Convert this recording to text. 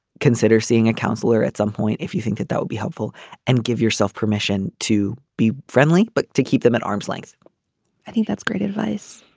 consider seeing a counselor at some point. if you think that that would be helpful and give yourself permission to be friendly but to keep them at arm's length i think that's great advice.